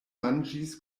manĝis